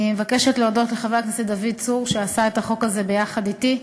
אני מבקשת להודות לחבר הכנסת דוד צור שעשה את החוק הזה ביחד אתי,